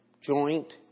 joint